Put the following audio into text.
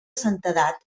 santedat